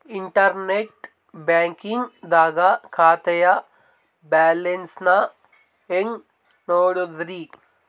Internet banking ದಾಗ ಖಾತೆಯ balance ನ ಹೆಂಗ್ ನೋಡುದ್ರಿ?